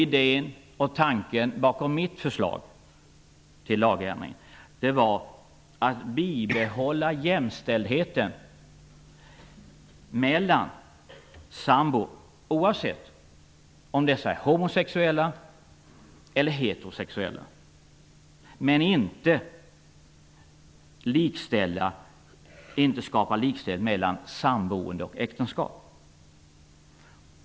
Idén och tanken bakom mitt förslag till lagändring var att bibehålla jämställdheten mellan sambor, oavsett om dessa är homosexuella eller heterosexuella, men inte att skapa likställdhet mellan samboende och äktenskap.